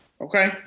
Okay